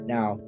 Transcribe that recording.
Now